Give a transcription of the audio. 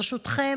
ברשותכם,